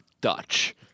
Dutch